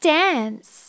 dance